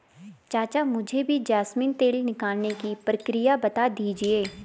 चाचा मुझे भी जैस्मिन तेल निकालने की प्रक्रिया बता दीजिए